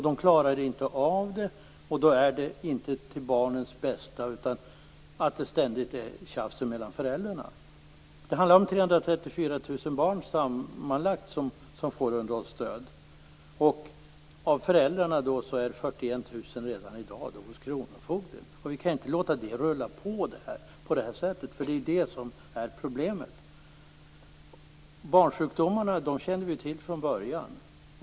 De klarar inte av att betala, och det är inte till barnens bästa att det ständigt är tjafs mellan föräldrarna. Det är sammanlagt 334 000 barn som får underhållsstöd. Av föräldrarna är redan i dag 41 000 registrerade hos kronofogden. Vi kan inte låta detta rulla på så här. Det är detta som är problemet. Vi kände till barnsjukdomarna från början.